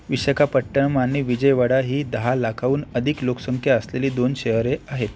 विशाखापट्टणम आणि विजयवाडा ही दहा लाखांहून अधिक लोकसंख्या असलेली दोन शहरे आहेत